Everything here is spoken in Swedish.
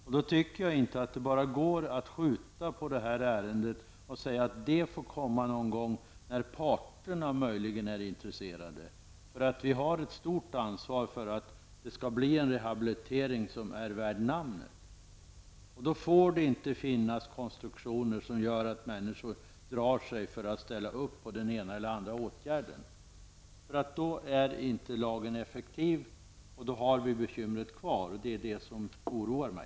Jag tycker då inte att det bara går att skjuta på detta ärende och säga att det får komma någon gång när parterna möjligen är intresserade. Vi har ett stort ansvar för att det skall bli en rehabilitering som är värd namnet. Det får då inte finnas konstruktioner som gör att människor drar sig för att ställa upp på den ena eller andra åtgärden. Då är lagen inte effektiv, och då har vi bekymret kvar. Det är detta som oroar mig.